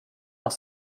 nach